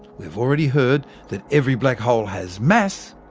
we've already heard that every black hole has mass,